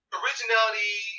originality